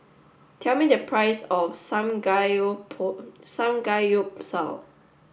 tell me the price of Samgyeopsal